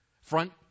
Front